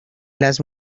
las